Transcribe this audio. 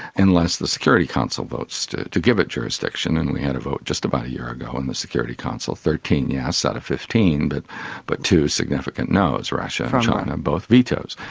unless the security council votes to to give it jurisdiction. and we had a vote just about a year ago in the security council, thirteen yes out of fifteen, but but two significant nos, russia and china both vetoes.